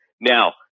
Now